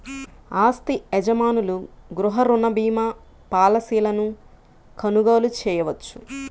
ఆస్తి యజమానులు గృహ రుణ భీమా పాలసీలను కొనుగోలు చేయవచ్చు